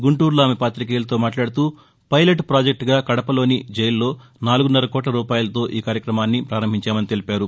గుంటూరులో ఆమె పాతికేయులతో మాట్లాడుతూ పైలెట్ పాజెక్టుగా కడపలోని జైలులో నాలుగున్నర కోట్ల రూపాయలతో ఈ కార్యక్రమాన్ని ప్రారంభించామని తెలిపారు